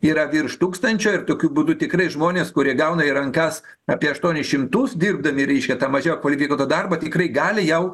yra virš tūkstančio ir tokiu būdu tikrai žmonės kurie gauna į rankas apie aštuonis šimtus dirbdami reiškia tą mažiau kvalifikuotą darbą tikrai gali jau